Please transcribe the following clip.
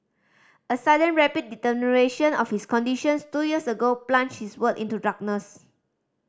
a sudden rapid deterioration of his conditions two years ago plunged his world into darkness